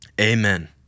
Amen